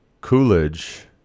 Coolidge